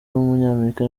w’umunyamerika